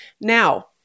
Now